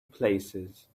places